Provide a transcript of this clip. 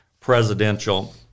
presidential